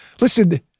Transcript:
Listen